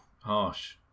harsh